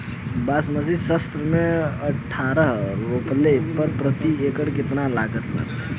बासमती सत्रह से अठारह रोपले पर प्रति एकड़ कितना लागत अंधेरा?